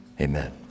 amen